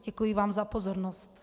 Děkuji vám za pozornost.